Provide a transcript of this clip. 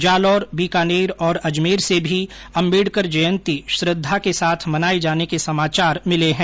जालौर बीकानेर और अजमेर से भी अंबेडकर जयंती श्रद्धा के साथ मनाए जाने के समाचार मिले है